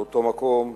באותו מקום,